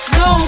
no